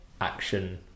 action